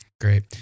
Great